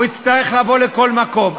והוא יצטרך לבוא לכל מקום.